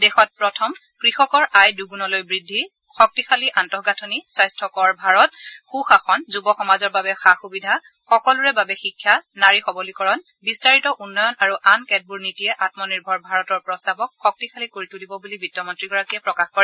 দেশ প্ৰথম কৃষকৰ আয় দুগুণলৈ বৃদ্ধি শক্তিশালী আন্তঃগাঁথনি স্বাস্থকৰ ভাৰত সুশাসন যূৱ সমাজৰ বাবে সা সুবিধা সকলোৰে বাবে শিক্ষা নাৰী সৱলীকৰণ বিস্তাৰিত উন্নয়ন আৰু আন কেতবোৰ নীতিয়ে আমনিৰ্ভৰ ভাৰতৰ প্ৰস্তাৱক শক্তিশালী কৰি তুলিব বুলি বিত্তমন্ত্ৰীগৰাকীয়ে প্ৰকাশ কৰে